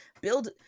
Build